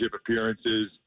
appearances